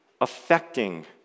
affecting